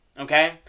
Okay